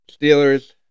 Steelers